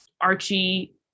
Archie